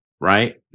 right